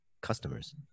customers